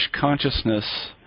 consciousness